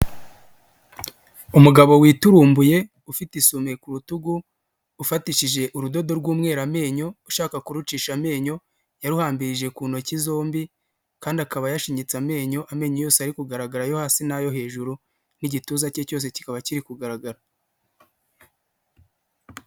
Umugabo witurumbuye ufite isume ku rutugu, ufatishije urudodo rw'umwera amenyo, ushaka kurucisha amenyo, yaruhambirije ku ntoki zombi, kandi akaba yashinyitse amenyo, amenyo yose ari kugaragara, ayo hasi n'ayo hejuru, n'igituza cye cyose kikaba kiri kugaragara.